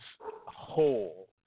whole